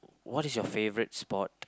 what is your favorite sport